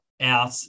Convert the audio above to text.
out